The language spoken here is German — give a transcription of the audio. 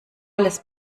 alles